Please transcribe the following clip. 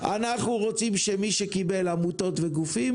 אנחנו רוצים שמי שקיבל עמותות וגופים